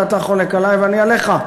ואתה חולק עלי ואני עליך.